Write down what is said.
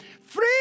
Free